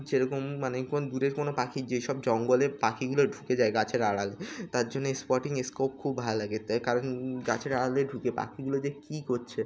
যেরকম মানে কোন দূরের কোনো পাখি যেসব জঙ্গলে পাখিগুলো ঢুকে যায় গাছের আড়ালে তার জন্যে এই স্পটিং স্কোপ খুব ভালো লাগে কারণ গাছের আড়ালে ঢুকে পাখিগুলো যে কী করছে